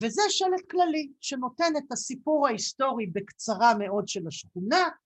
‫וזה שלט כללי שנותן את הסיפור ‫ההיסטורי בקצרה מאוד של השכונה.